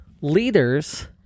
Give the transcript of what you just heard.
Leaders